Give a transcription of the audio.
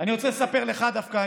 אני רוצה לספר לך דווקא,